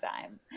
time